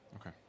Okay